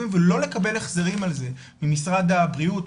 ולא לקבל החזרים על זה ממשרד הבריאות,